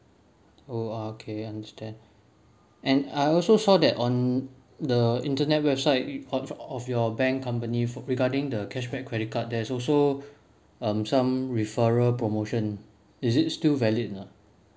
oh okay understand and I also saw that on the internet website of your bank company regarding the cashback credit card there is also um some referral promotion is it still valid or not